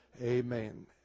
Amen